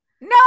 No